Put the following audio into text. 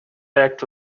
act